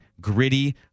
gritty